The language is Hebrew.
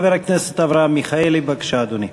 חבר הכנסת אברהם מיכאלי, בבקשה, אדוני.